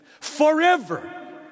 Forever